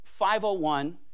501